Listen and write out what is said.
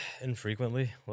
Infrequently